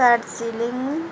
Darjeeling